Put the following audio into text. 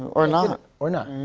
or not. or not.